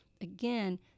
again